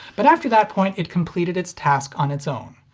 but after that point it completed its task on its own.